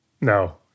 No